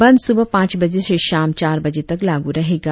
बंद सुबह पांच बजे से शाम चार बजे तक लागू रहेगा